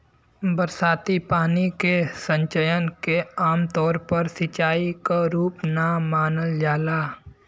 बरसाती पानी के संचयन के आमतौर पर सिंचाई क रूप ना मानल जाला